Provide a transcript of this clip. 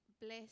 bless